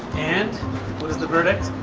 and what is the verdict?